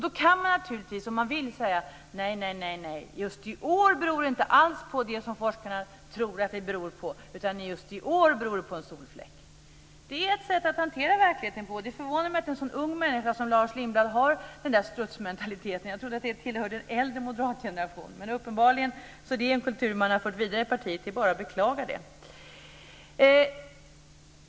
Då kan man naturligtvis, om man vill, säga: Nej, just i år beror det inte alls på det som forskarna tror att det beror på, utan just i år beror det på en solfläck. Det är ett sätt att hantera verkligheten på. Det förvånar mig att en så ung människa som Lars Lindblad har den här strutsmentaliteten. Jag trodde att den tillhörde den äldre moderatgenerationen. Men det är uppenbarligen en kultur som man har fört vidare i partiet. Det är bara att beklaga det.